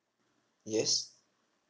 yes